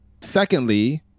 Secondly